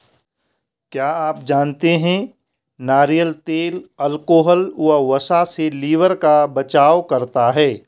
क्या आप जानते है नारियल तेल अल्कोहल व वसा से लिवर का बचाव करता है?